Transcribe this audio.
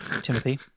Timothy